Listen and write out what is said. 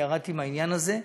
אני ירדתי מהעניין הזה,